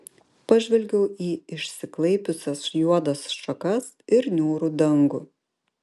pažvelgiau į išsiklaipiusias juodas šakas ir niūrų dangų